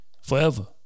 forever